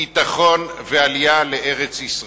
ביטחון ועלייה לארץ-ישראל.